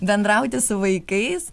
bendrauti su vaikais